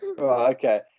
okay